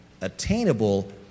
attainable